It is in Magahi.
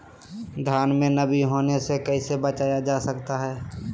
धान में नमी होने से कैसे बचाया जा सकता है?